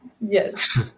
Yes